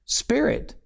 spirit